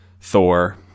Thor